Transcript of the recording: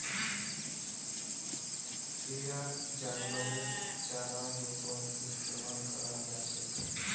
किराक जानवरेर चारार रूपत इस्तमाल कराल जा छेक